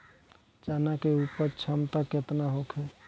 चना के उपज क्षमता केतना होखे?